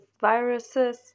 viruses